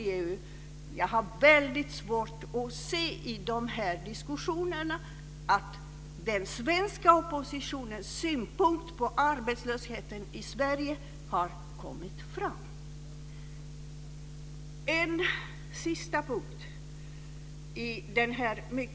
Men jag har svårt att finna att den svenska oppositionens synpunkt på arbetslösheten i Sverige har kommit fram i debatten i EU.